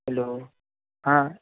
hello ہاں